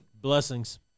Blessings